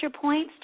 points